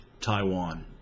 Taiwan